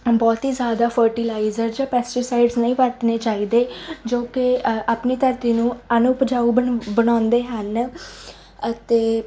ਬਹੁਤ ਹੀ ਜ਼ਿਆਦਾ ਫਰਟੀਲਾਈਜ਼ਰ ਜਾਂ ਪੈਸਟੀਸਾਈਡਸ ਨਹੀਂ ਵਰਤਣੇ ਚਾਹੀਦੇ ਜੋ ਕਿ ਆਪਣੀ ਧਰਤੀ ਨੂੰ ਅਣਉਪਜਾਊ ਬਨ ਬਣਾਉਂਦੇ ਹਨ ਅਤੇ